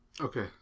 Okay